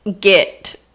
get